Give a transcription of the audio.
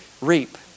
reap